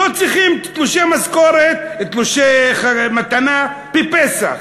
לא צריכים תלושי מתנה בפסח,